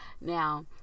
Now